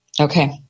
Okay